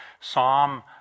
Psalm